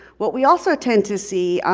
what we also tend to see,